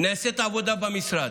נעשית עבודה במשרד.